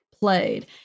played